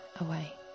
away